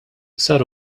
sar